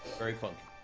very funky.